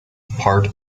part